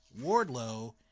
Wardlow